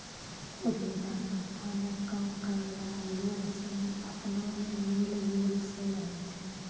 उद्यमिता संस्था मे काम करै वाला लोग सनी अपना मे मेल जोल से रहै छै